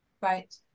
Right